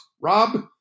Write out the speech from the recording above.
Rob